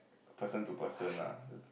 person to person ah